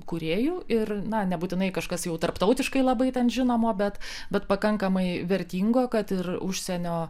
kūrėjų ir na nebūtinai kažkas jau tarptautiškai labai ten žinomo bet bet pakankamai vertingo kad ir užsienio